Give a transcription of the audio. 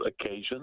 occasions